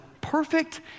perfect